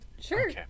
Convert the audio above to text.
Sure